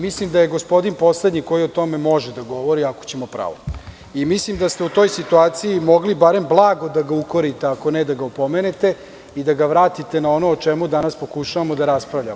Mislim da je gospodin poslednji koji o tome može da govori, ako ćemo pravo, i mislim da ste u toj situaciji mogli barem blago da ga ukorite, ako ne da ga opomenete, i da ga vratite na ono o čemu danas pokušavamo da raspravljamo.